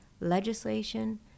legislation